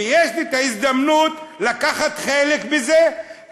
ויש לי ההזדמנות לקחת חלק בזה,